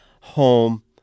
home